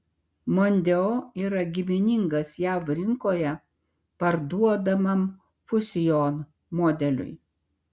mondeo yra giminingas jav rinkoje parduodamam fusion modeliui